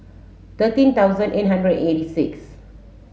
thirteen thousand eight hundred eighty six